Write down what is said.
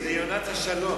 זה יונת השלום.